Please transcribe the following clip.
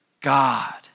God